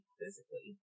physically